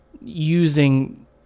using